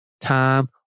time